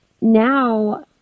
now